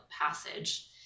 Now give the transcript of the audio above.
passage